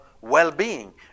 well-being